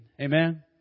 Amen